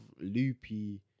loopy